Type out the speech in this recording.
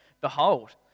Behold